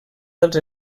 dels